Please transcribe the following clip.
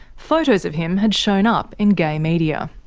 photos of him had shown up in gay media.